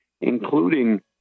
including